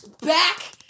Back